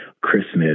Christmas